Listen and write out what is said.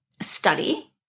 study